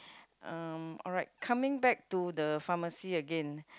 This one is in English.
um alright coming back to the pharmacy again